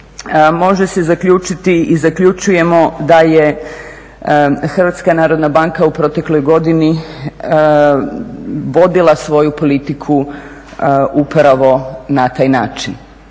može se zaključiti i zaključujemo da je HNB u protekloj godini vodila svoju politiku upravo na taj način.